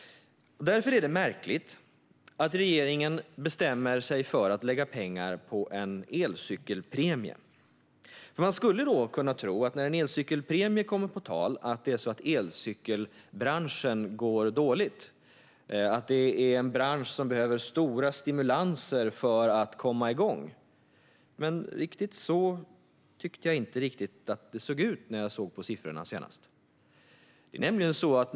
Därför är det märkligt att regeringen bestämmer sig för att lägga pengar på en elcykelpremie. När en elcykelpremie kommer på tal skulle man kunna tro att elcykelbranschen går dåligt och att det är en bransch som behöver stora stimulanser för att komma igång. Men riktigt så tyckte jag inte att det såg ut när jag senast tittade på siffrorna.